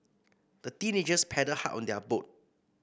the teenagers paddled hard on their boat